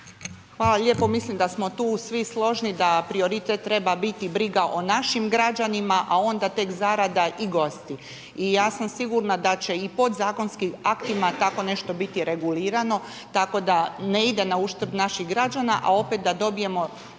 Hvala lijepo. Mislim da smo svi tu složni da prioritet treba biti briga o našim građanima a onda tek zarada i gosti. Ja sam sigurna da će i podzakonskim aktima tako nešto biti regulirano tako da ne ide nauštrb naših građana a opet da dobijemo